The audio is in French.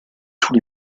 tous